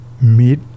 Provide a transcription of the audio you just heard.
meet